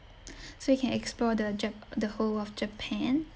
so you can explore the jap~ the whole of japan